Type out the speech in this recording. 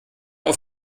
auf